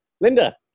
Linda